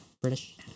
British